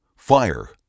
Fire